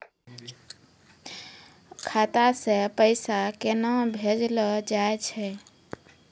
खाता से पैसा केना भेजलो जाय छै?